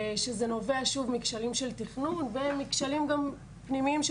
שזה נובע מכשלים של תכנון ומכשלים פנימיים של